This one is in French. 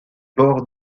bords